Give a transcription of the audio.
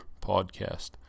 podcast